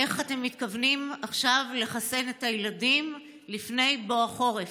איך אתם מתכוונים עכשיו לחסן את הילדים לפני בוא החורף?